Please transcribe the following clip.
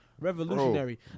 revolutionary